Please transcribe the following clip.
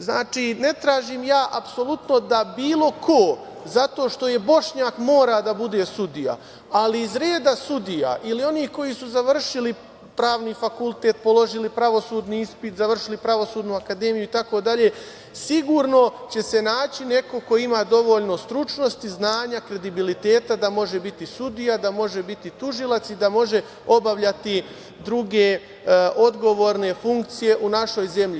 Znači, ne tražim ja apsolutno da bilo ko zato što je Bošnjak mora da bude sudija, ali iz reda sudija ili onih koji su završili pravni fakultet, položili pravosudni ispit, završili Pravosudnu akademiju itd, sigurno će se naći neko ko ima dovoljno stručnosti, znanja, kredibiliteta da može biti sudija, da može biti tužilac i da može obavljati druge odgovorne funkcije u našoj zemlji.